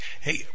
Hey